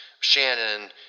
Shannon